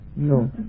No